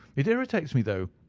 it irritates me though.